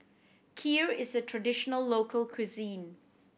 kheer is a traditional local cuisine